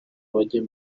abajya